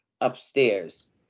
upstairs